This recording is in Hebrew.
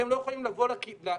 אתם לא יכולים לבוא לציבור,